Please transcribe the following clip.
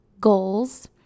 goals